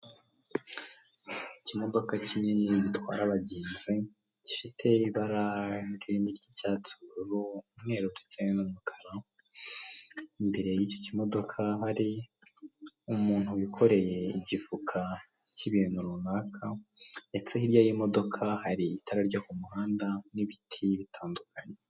ikimodoka kinini gitwara abagenzi gifite ibara rinini ry'icyatsi, ubururu umweru ndetse n'umukara. Imbere y'icyo kimodoka hari umuntu wikoreye igifuka cy'ibintu runaka ndetse hirya y'imodoka hari itara ryo ku muhanda n'ibiti bitandukanye.